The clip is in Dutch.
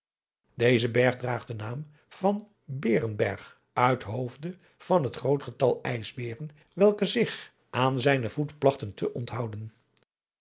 berg draagt den naam van beerenberg uit hoofde van het groot getal van ijsbeeren adriaan loosjes pzn het leven van johannes wouter blommesteyn welke zich aan zijnen voet plagten te onthouden